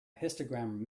histogram